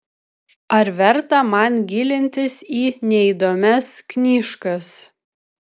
ar verta man gilintis į neįdomias knyžkas